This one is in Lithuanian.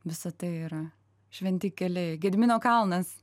visa tai yra šventi keliai gedimino kalnas